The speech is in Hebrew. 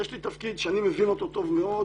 יש לי תפקיד שאני מבין אותו טוב מאוד,